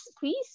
please